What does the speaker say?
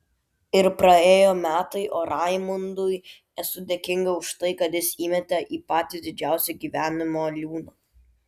ir praėjo metai o raimundui esu dėkinga už tai kad jis įmetė į patį didžiausią gyvenimo liūną